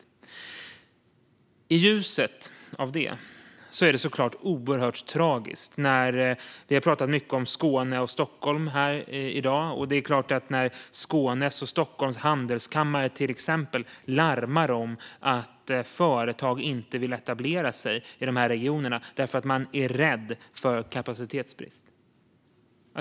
I ljuset av det är det såklart oerhört tragiskt när handelskamrarna i Skåne och Stockholm - vi har talat mycket om Skåne och Stockholm här i dag - larmar om att företag inte vill etablera sig i de här regionerna därför att de är rädda för kapacitetsbrist.